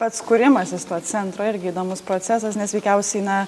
pats kūrimasis to centro irgi įdomus procesas nes veikiausiai na